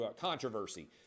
controversy